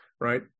right